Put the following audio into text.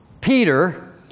Peter